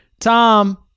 Tom